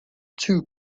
too